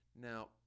now